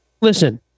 listen